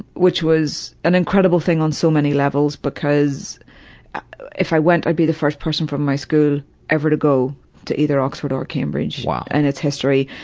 which was an incredible thing on so many levels because if i went i'd be the first person from my school ever to go to either oxford or cambridge in and its history.